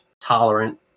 tolerant